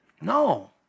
No